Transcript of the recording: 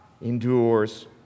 endures